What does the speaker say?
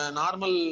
normal